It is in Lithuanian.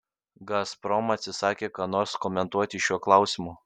gazprom atsisakė ką nors komentuoti šiuo klausimu